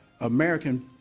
American